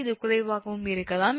இது குறைவாகவும் இருக்கலாம்